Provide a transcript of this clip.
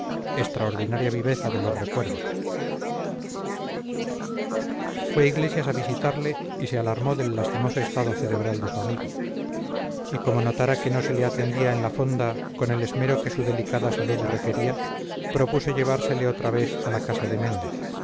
extraordinaria viveza de los recuerdos fue iglesias a visitarle y se alarmó del lastimoso estado cerebral de su amigo y como notara que no se le atendía en la fonda con el esmero que su delicada salud requería propuso llevársele otra vez a la casa de méndez